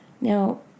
Now